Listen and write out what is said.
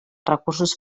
recursos